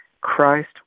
Christ